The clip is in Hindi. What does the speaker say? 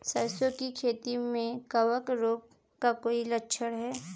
सरसों की खेती में कवक रोग का कोई लक्षण है?